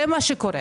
זה מה שקורה.